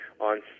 on